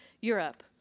Europe